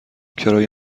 کرایه